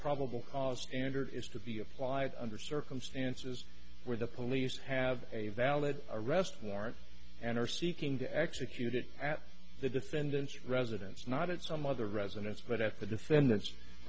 probable cause standard is to be applied under circumstances where the police have a valid arrest warrant and are seeking to execute it at the defendant's residence not at some other residence but at the defendant